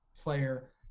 player